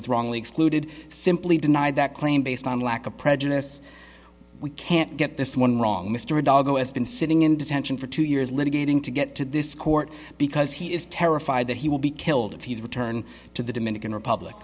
was wrongly excluded simply denied that claim based on lack of prejudice we can't get this one wrong mr dog oh it's been sitting in detention for two years litigating to get to this court because he is terrified that he will be killed if he's returned to the dominican